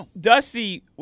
Dusty